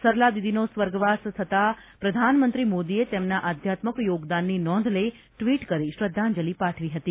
સરલાદીદીનો સ્વર્ગવાસ થતા પ્રધાનમંત્રી મોદીએ તેમના આધ્યાત્મક યોગદાનની નોંધ લઇ ટિવટ વડે શ્રદ્ધાંજલી પાઠવી હતી